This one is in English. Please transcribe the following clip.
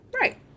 Right